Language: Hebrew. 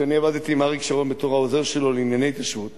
כשאני עבדתי עם אריק שרון בתור העוזר שלו לענייני התיישבות